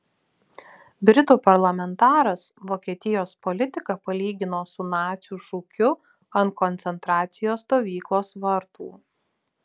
britų parlamentaras vokietijos politiką palygino su nacių šūkiu ant koncentracijos stovyklos vartų